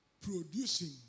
producing